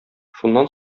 шуннан